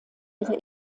ihre